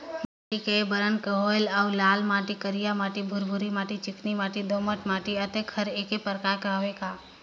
माटी कये बरन के होयल कौन अउ लाल माटी, करिया माटी, भुरभुरी माटी, चिकनी माटी, दोमट माटी, अतेक हर एकर प्रकार हवे का?